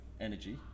energy